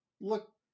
look